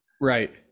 right